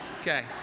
okay